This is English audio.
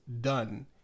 done